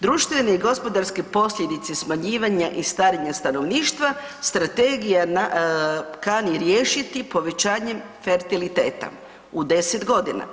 Društvene i gospodarske posljedice smanjivanja i starenja stanovništva Strategija kani riješiti povećanjem fertiliteta u 10 godina.